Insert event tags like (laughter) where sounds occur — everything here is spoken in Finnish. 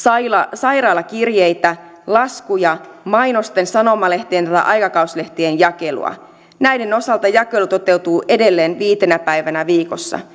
sairaalakirjeitä laskuja tai mainosten sanomalehtien tai aikakauslehtien jakelua näiden osalta jakelu toteutuu edelleen viitenä päivänä viikossa (unintelligible)